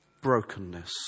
brokenness